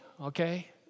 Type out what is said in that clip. okay